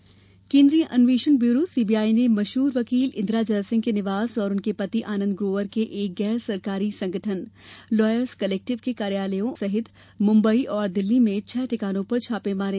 CBI छापा केन्द्रीय अन्वेषण ब्यूरो सीबीआई ने मशहूर वकील इन्दिरा जयसिंह के निवास और उनके पति आनन्द ग्रोवर के एक गैर सरकारी संगठन लॉयर्स क्लेक्टिव के कार्यालयों सहित मुंबई और दिल्ली में छह ठिकानों पर छापे मारे